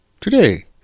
Today